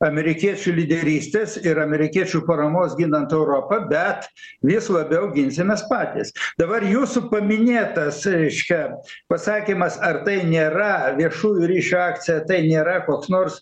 amerikiečių lyderystės ir amerikiečių paramos ginant europą bet vis labiau ginsimės patys dabar jūsų paminėtas reiškia pasakymas ar tai nėra viešųjų ryšių akcija tai nėra koks nors